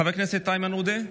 חבר הכנסת איימן עודה,